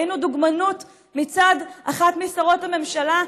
ראינו דוגמנות מצד אחת משרות הממשלה,